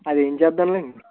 అది వేయించేద్దాం లెండి